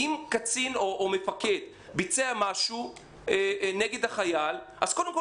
אם קצין או מפקד ביצע משהו נגד החייל אז קודם כול